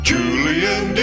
Julian